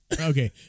Okay